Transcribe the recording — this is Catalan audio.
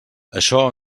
això